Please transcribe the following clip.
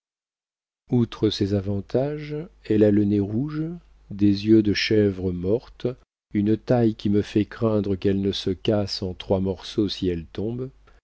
outre ces avantages elle a le nez rouge des yeux de chèvre morte une taille qui me fait craindre qu'elle ne se casse en trois morceaux si elle tombe